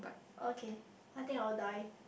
okay I think I will die